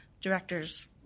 directors